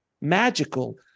magical